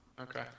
Okay